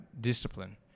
discipline